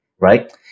right